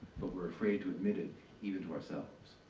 but we're afraid to admit it even to ourselves.